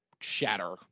shatter